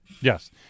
Yes